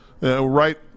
Right